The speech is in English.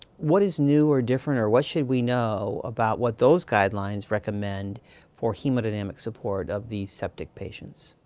what is new or different or what should we know about what those guidelines recommend for hemodynamic support of these septic patients?